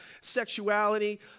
sexuality